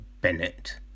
Bennett